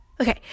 Okay